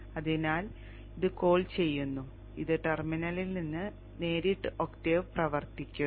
അതിനാൽ ഇത് കോൾ ചെയ്യുന്നു ഇത് ടെർമിനലിൽ നിന്ന് നേരിട്ട് ഒക്ടേവ് പ്രവർത്തിക്കുന്നു